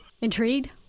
Intrigued